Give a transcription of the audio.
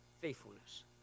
faithfulness